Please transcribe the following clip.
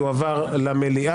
הוא יועבר למליאה.